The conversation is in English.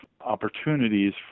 opportunities